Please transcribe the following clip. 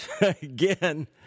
again